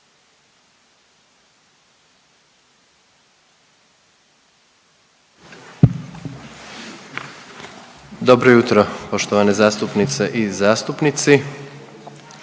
Dobro jutro, poštovane zastupnice i zastupnici.